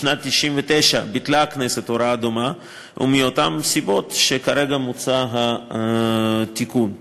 בשנת 1999 ביטלה הכנסת הוראה דומה מאותן סיבות שבגינן מוצע התיקון כרגע.